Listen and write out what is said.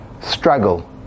struggle